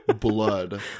blood